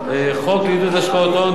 חוק לעידוד השקעות הון (תיקון),